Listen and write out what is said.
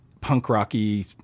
punk-rocky